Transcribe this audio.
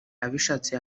abishatse